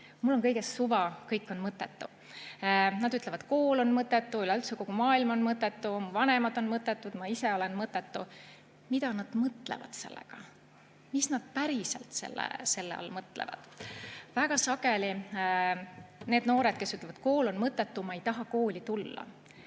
"Mul on kõigest suva, kõik on mõttetu." Nad ütlevad, et kool on mõttetu, üleüldse kogu maailm on mõttetu, vanemad on mõttetud, ta ise on mõttetu. Mida nad mõtlevad sellega? Mis nad päriselt selle all mõtlevad? Väga sageli need noored ütlevad: "Kool on mõttetu, ma ei taha kooli tulla."